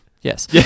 Yes